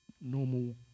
normal